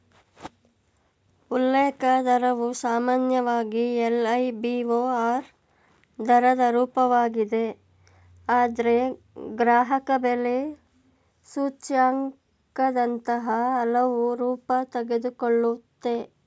ಉಲ್ಲೇಖ ದರವು ಸಾಮಾನ್ಯವಾಗಿ ಎಲ್.ಐ.ಬಿ.ಓ.ಆರ್ ದರದ ರೂಪವಾಗಿದೆ ಆದ್ರೆ ಗ್ರಾಹಕಬೆಲೆ ಸೂಚ್ಯಂಕದಂತಹ ಹಲವು ರೂಪ ತೆಗೆದುಕೊಳ್ಳುತ್ತೆ